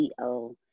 CEO